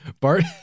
Bart